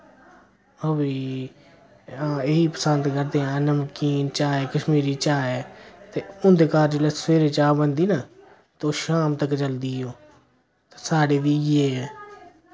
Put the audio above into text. ओह् बी हां एह् ही पसंद करदे ऐं नमकीन चाय कश्मीरी चाय ते उंदे घर जिल्लै सवेरे चा बन दी ना तो शाम तक चलदी ओ ते साढ़े बी इय्यै ऐ